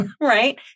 Right